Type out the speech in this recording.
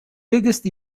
biggest